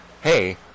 hey